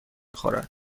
خورد